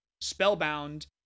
spellbound